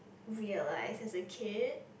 weird like it is a kid